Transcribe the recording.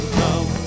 come